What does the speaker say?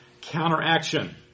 counteraction